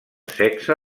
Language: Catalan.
sexe